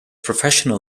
professional